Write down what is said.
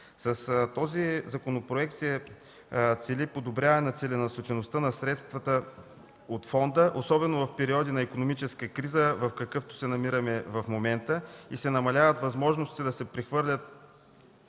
С този законопроект се цели подобряване на целенасочеността на средствата от фонда, особено в периоди на икономическа криза, в какъвто се намираме в момента, и се намаляват възможностите да се прехвърлят